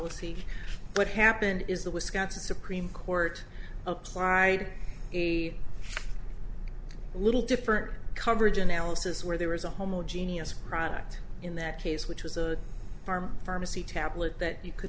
policy what happened is the wisconsin supreme court applied a little different coverage analysis where there was a homo genius product in that case which was a farm pharmacy tablet that you could